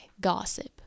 gossip